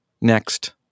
next